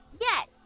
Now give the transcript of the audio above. Yes